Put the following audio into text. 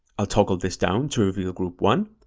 i'll toggle this down to reveal group one,